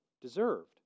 deserved